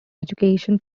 education